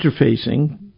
interfacing